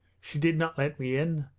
she did not let me in,